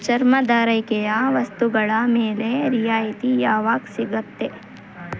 ಚರ್ಮದಾರೈಕೆಯ ವಸ್ತುಗಳ ಮೇಲೆ ರಿಯಾಯಿತಿ ಯಾವಾಗ ಸಿಗುತ್ತೆ